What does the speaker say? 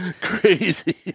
crazy